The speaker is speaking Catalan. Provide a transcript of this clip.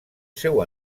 seu